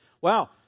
Wow